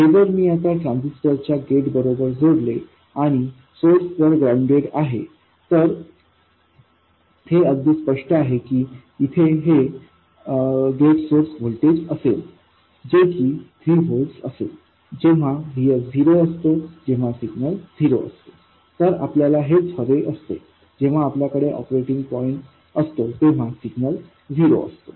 हे जर मी आता ट्रान्झिस्टर च्या गेट बरोबर जोडले आणि सोर्स जर ग्राउंडेड आहे तर हे अगदी स्पष्ट आहे की येथे हे गेट सोर्स व्होल्टेज असेल जे की 3 व्होल्ट्स असेल जेव्हाVSझिरो असतो जेव्हा सिग्नल झिरो असते तर आपल्याला हेच हवे असते जेव्हा आपल्याकडे ऑपरेटिंग पॉईंट असतो तेव्हा सिग्नल झिरो असतो